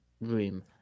room